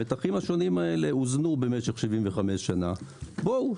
המתחים השונים האלה אוזנו במשך 75 שנים ובואו,